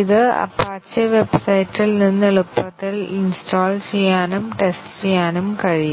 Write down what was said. ഇത് അപ്പാച്ചെ വെബ്സൈറ്റിൽ നിന്ന് എളുപ്പത്തിൽ ഇൻസ്റ്റാൾ ചെയ്യാനും ടെസ്റ്റ് ചെയ്യാനും കഴിയും